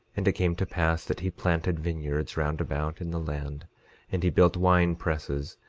and it came to pass that he planted vineyards round about in the land and he built wine-presses,